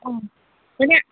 ও মানে